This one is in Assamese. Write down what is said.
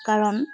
কাৰণ